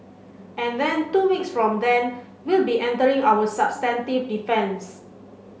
and then two weeks from then we'll be entering our substantive defence